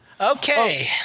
Okay